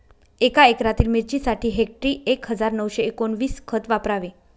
एका एकरातील मिरचीसाठी हेक्टरी एक हजार नऊशे एकोणवीस खत वापरावे